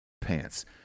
pants